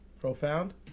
Profound